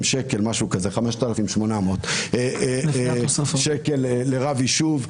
5,800 שקלים לרב יישוב.